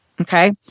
okay